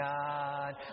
God